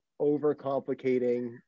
overcomplicating